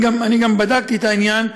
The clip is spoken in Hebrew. גם אני בדקתי את העניין.